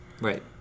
Right